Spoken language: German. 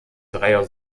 dreier